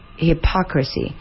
Hypocrisy